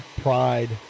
Pride